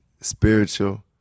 spiritual